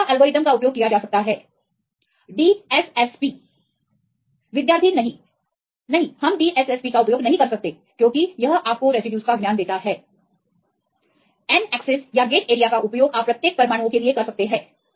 तो कौन सा एल्गोरिथ्म का उपयोग किया जा सकता है DSSP विद्यार्थी नहीं नहीं हम DSSP का उपयोग नहीं कर सकते क्योंकि यह आपको रेसिड्यूज का ज्ञान देता है NACCESS या गेटएरिया का उपयोग आप प्रत्येक परमाणुओं के लिए कर सकते हैं